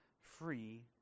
free